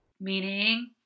Meaning